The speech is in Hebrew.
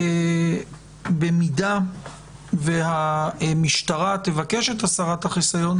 אם המשטרה תבקש את הסרת החיסיון,